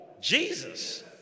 Jesus